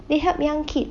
they help young kid